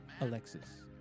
Alexis